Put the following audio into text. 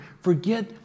forget